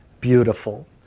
beautiful